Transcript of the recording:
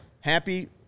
happy